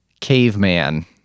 caveman